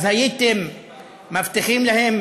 הייתם מבטיחים להם